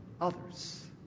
others